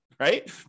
Right